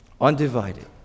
Undivided